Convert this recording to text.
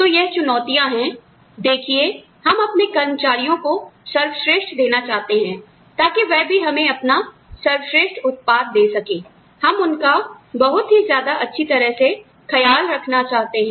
तो यह चुनौतियाँ हैं देखिए हम अपने कर्मचारियों को सर्वश्रेष्ठ देना चाहते हैं ताकि वह भी हमें अपना सर्वश्रेष्ठ उत्पाद दे सके हम उनका बहुत ही ज्यादा अच्छी तरह से खयाल रखना चाहते हैं